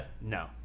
No